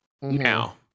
now